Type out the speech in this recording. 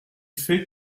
fait